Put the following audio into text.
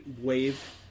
wave